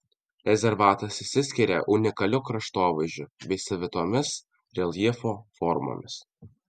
rezervatas išsiskiria unikaliu kraštovaizdžiu bei savitomis reljefo formomis